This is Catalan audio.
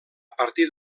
partir